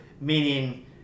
Meaning